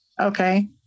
okay